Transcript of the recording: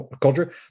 culture